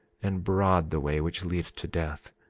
and broad the way which leads to death,